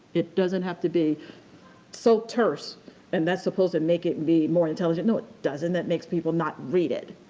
it doesn't have to be so terse and that's supposed to make it be more intelligent. no, it doesn't, that makes people not read it.